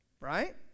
Right